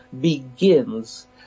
begins